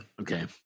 Okay